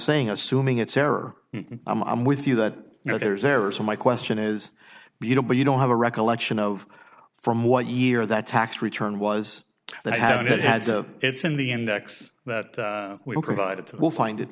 saying assuming it's error i'm with you that you know there's there are so my question is you know but you don't have a recollection of from what year that tax return was that how it had to it's in the end that we provided to will find it